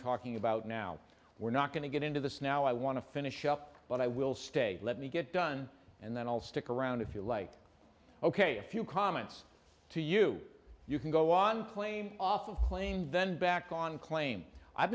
talking about now we're not going to get into this now i want to finish up but i will stay let me get done and then i'll stick around if you like ok a few comments to you you can go on playing off of claims then back on claims i've